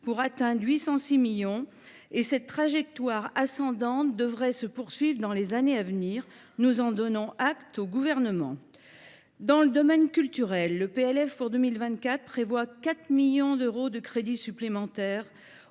pour atteindre 806 millions d’euros. Cette trajectoire ascendante devrait se poursuivre dans les années à venir. Nous en donnons acte au Gouvernement. Dans le domaine culturel, le PLF pour 2024 prévoit 4 millions d’euros crédits supplémentaires